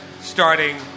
starting